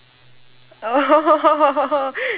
oh